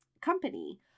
company